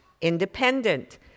independent